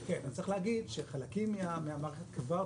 כן, צריך להגיד שחלקים מהמערכת כבר תוגברו,